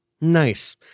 Nice